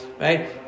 right